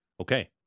Okay